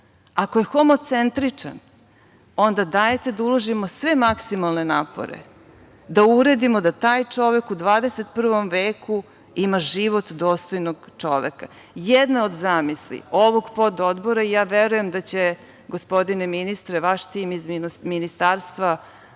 je homocentričan, onda dajte da uložimo sve maksimalne napore, da uredimo da taj čovek u 21. veku ima život dostojnog čoveka. Jedna od zamisli ovog pododbora ja verujem da će, gospodine ministre, vaš tim iz Ministarstva